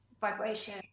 vibration